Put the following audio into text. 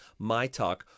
MYTALK